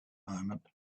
moment